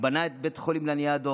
בנה את בית החולים לניאדו,